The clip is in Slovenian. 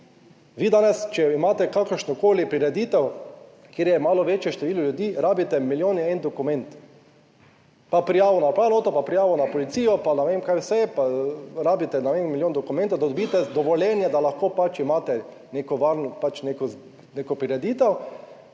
Vi danes, če imate kakršnokoli prireditev, kjer je malo večje število ljudi, rabite milijon in eden dokument. Pa prijavo na upravno enoto, pa prijavo na policijo, pa ne vem kaj vse, pa rabite, ne vem, milijon dokumentov, da dobite dovoljenje, da lahko pač imate neko varno,